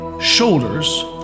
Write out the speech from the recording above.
shoulders